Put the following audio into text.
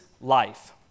life